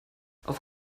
auf